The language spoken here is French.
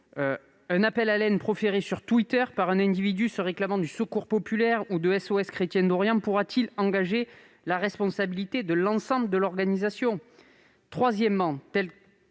un appel à la haine lancé sur Twitter par un individu se réclamant du Secours populaire ou de SOS Chrétiens d'Orient pourra-t-il engager la responsabilité de l'ensemble de l'organisation ?